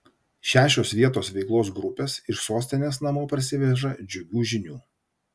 šešios vietos veiklos grupės iš sostinės namo parsiveža džiugių žinių